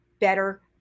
better